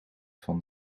van